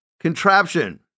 contraption